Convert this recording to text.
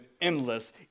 endless